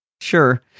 Sure